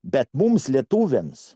bet mums lietuviams